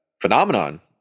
phenomenon